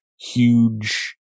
huge